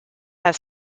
have